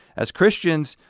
as christians,